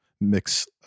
mix